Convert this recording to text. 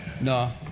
No